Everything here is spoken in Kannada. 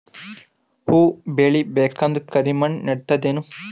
ಹುವ ಬೇಳಿ ಬೇಕಂದ್ರ ಕರಿಮಣ್ ನಡಿತದೇನು?